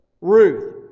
Ruth